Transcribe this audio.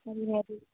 ꯑꯗꯨꯅꯦ ꯑꯗꯨ